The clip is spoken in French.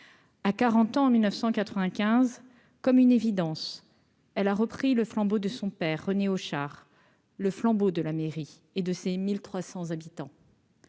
à 40 ans en 1995 comme une évidence, elle a repris le flambeau de son père René Hauchard le flambeau de la mairie et de ses 1300 habitants.